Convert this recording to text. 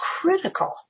critical